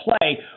play